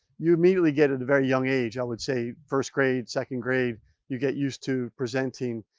you immediately get at a very young age i would say first grade, second grade you get used to presenting